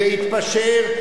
להתפשר,